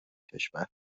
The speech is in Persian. کشور